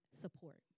support